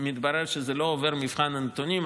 מתברר שזה לא עובר את מבחן הנתונים,